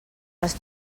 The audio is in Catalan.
les